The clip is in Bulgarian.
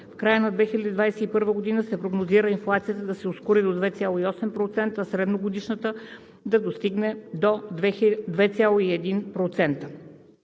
В края на 2021 г. се прогнозира инфлацията да се ускори до 2,8%, а средногодишната инфлация до 2,1%.